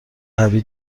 قوی